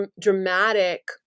dramatic